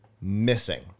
missing